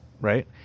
right